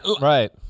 right